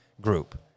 group